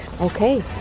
Okay